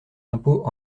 impôts